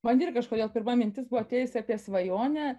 man ir kažkodėl pirma mintis buvo atėjusi apie svajonę